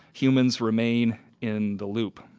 humans remain in the loop.